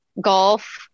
golf